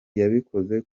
yabikoze